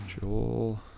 Joel